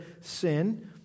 sin